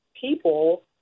people